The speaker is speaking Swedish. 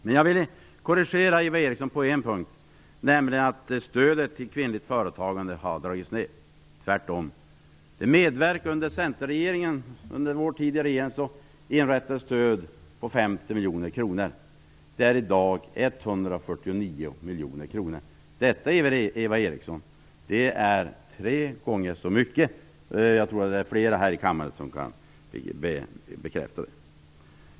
Men jag vill korrigera Eva Eriksson på en punkt, och det är när hon säger att stödet till kvinnligt företagande har dragits ner. Tvärtom, under vår tid i regeringen inrättades ett stöd på 50 miljoner kronor. Det är i dag 149 miljoner kronor, tre gånger så mycket. Det är fler här i kammaren som kan bekräfta det.